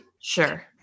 Sure